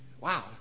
Wow